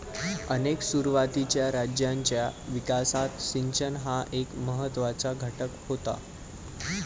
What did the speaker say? अनेक सुरुवातीच्या राज्यांच्या विकासात सिंचन हा एक महत्त्वाचा घटक होता